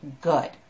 good